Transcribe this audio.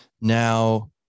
Now